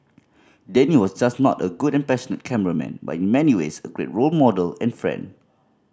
Danny was not just a good and passionate cameraman but in many ways a great role model and friend